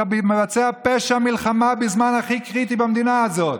אתה מבצע פשע מלחמה בזמן הכי קריטי במדינה הזאת,